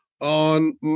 on